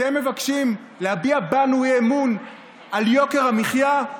אתם מבקשים להביע בנו אי-אמון על יוקר המחיה?